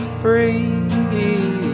free